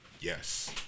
yes